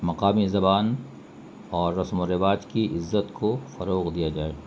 مقامی زبان اور رسم و رواج کی عزت کو فروغ دیا جائے